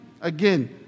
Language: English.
again